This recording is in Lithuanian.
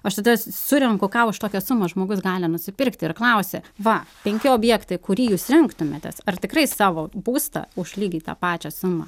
aš tada surenku ką už tokią sumą žmogus gali nusipirkti ir klausi va penki objektai kurį jūs rinktumėtės ar tikrai savo būstą už lygiai tą pačią sumą